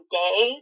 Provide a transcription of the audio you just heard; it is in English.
day